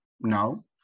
No